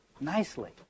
nicely